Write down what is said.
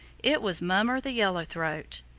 it was mummer the yellow-throat.